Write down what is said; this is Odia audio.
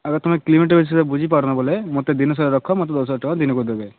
ଆରେ ତମେ କିଲୋମିଟର୍ ହିସାବରେ ବୁଝିପାରୁନ ବେଲେ ମୋତେ ଦିନ ସାରା ରଖ ମୋତେ ଦଶ ହଜାର ଟଙ୍କା ଦିନକୁ ଦେବେ